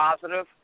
positive